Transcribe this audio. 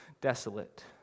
Desolate